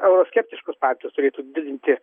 euroskeptiškos partijos turėtų didinti